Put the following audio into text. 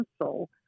council